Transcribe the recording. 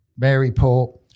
Maryport